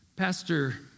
Pastor